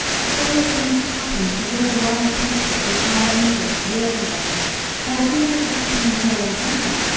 a story of things that happened to real live people in our england years ago and the things that are happening here and now,